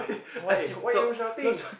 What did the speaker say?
why why are you shouting